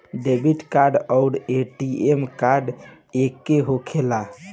Debit card आउर ATM card एके होखेला?